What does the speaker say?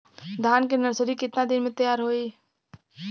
धान के नर्सरी कितना दिन में तैयार होई?